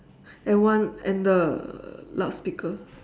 and one and the loudspeaker